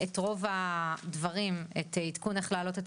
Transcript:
את רוב הדברים ואת העדכון של איך להעלות את